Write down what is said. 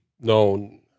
known